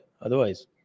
otherwise